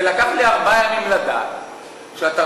ולקח לי ארבעה ימים לדעת שהתרבות,